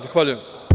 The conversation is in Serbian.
Zahvaljujem.